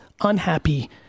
unhappy